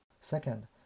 Second